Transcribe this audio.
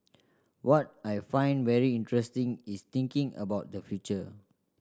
what I find very interesting is thinking about the future